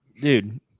dude